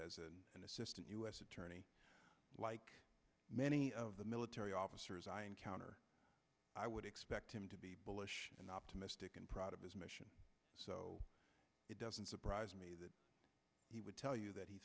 years as an assistant u s attorney like many of the military officers i encounter i would expect him to be bullish and optimistic and proud of his mission so it doesn't surprise me that he would tell you that he